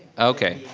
okay.